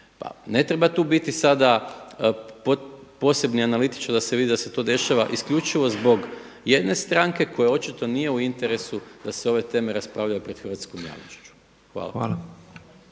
ne treba tu biti sada posebni analitičar da se vidi da se to dešava isključivo zbog jedne stranke kojoj očito nije u interesu da se ove teme raspravljaju pred hrvatskom javnošću. Hvala.